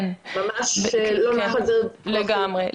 לגמרי.